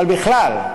אבל בכלל,